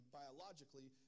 biologically